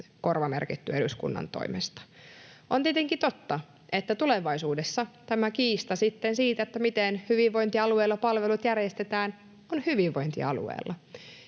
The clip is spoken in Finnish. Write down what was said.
korvamerkitty eduskunnan toimesta. On tietenkin totta, että tulevaisuudessa tämä kiista siitä, miten hyvinvointialueilla palvelut järjestetään, on hyvinvointialueilla.